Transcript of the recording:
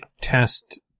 test